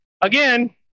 again